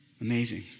Amazing